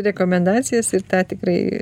rekomendacijas ir tą tikrai